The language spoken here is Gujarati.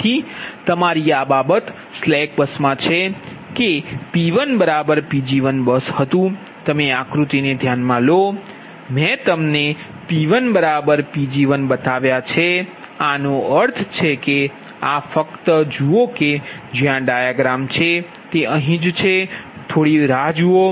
તેથી તમારી આ બાબત સ્લેક બસમાં છે કે P1 Pg1 બસ છે તમે આકૃતિને ધ્યાનમાં લો મેં તમને P1 Pg1બતાવ્યા છે આનો અર્થ છે કે આ ફક્ત જુઓ કે જ્યાં ડાયાગ્રામ છે તે અહીં જ પકડી રાખો